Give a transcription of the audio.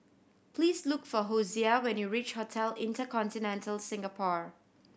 please look for Hosea when you reach Hotel InterContinental Singapore